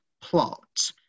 plot